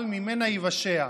אבל ממנה ייוושע.